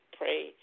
pray